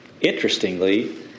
Interestingly